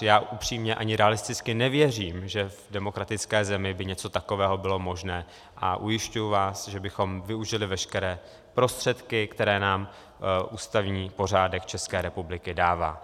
Já upřímně ani realisticky nevěřím, že v demokratické zemi by něco takové bylo možné, a ujišťuji vás, že bychom využili veškeré prostředky, které nám ústavní pořádek České republiky dává.